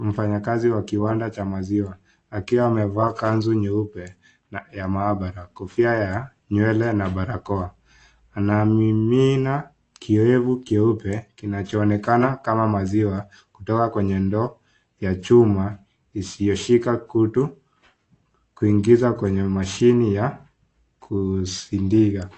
mfanyakazi wa kiwanda cha maziwa akiwa amevaa kanzu nyeupe na ya maabara, kofia ya nywele na barakoa. Anamimina kiyowevu kieupe, kinachoonekana kama maziwa, kutoka kwenye ndoo ya chuma, isiyoshika kutu, kuingiza kwenye mashine ya kusindia.